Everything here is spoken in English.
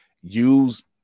Use